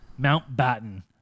Mountbatten